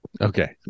Okay